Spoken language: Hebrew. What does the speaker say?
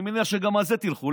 אני מניח שגם על זה תלכו.